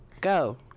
go